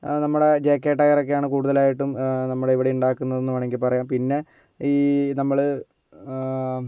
നമ്മുടെ J K ടയറൊക്കെയാണ് കൂടുതലായിട്ടും നമ്മുടെ ഇവിടെ ഉണ്ടാക്കുന്നതെന്ന് വേണമെങ്കിൽ പറയാം പിന്നെ ഈ നമ്മൾ